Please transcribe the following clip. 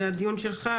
זה הדיון שלך,